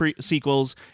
sequels